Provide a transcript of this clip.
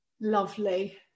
Lovely